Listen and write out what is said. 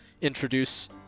introduce